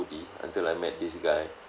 foodie until I met this guy